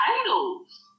titles